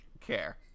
care